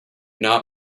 not